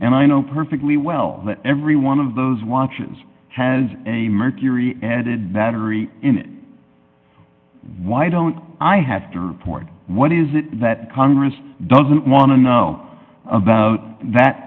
and i know perfectly well that every one of those watches has a mercury and it battery in it why don't i have to report what is it that congress doesn't want to know about that